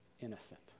innocent